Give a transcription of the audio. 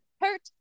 Hurt